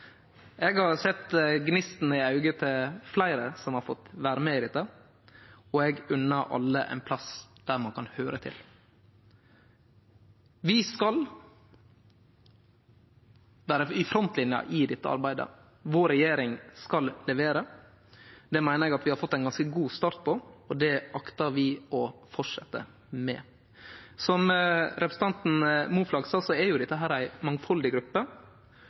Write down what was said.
Eg har sett gnisten i auga på fleire som har fått vere med i dette, og eg unner alle ein plass der ein kan høyre til. Vi skal vere i frontlinja i dette arbeidet. Vår regjering skal levere. Det meiner eg at vi har fått ein ganske god start på, og det aktar vi å fortsetje med. Som representanten Moflag sa, er jo dette ei mangfaldig gruppe,